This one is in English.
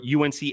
UNC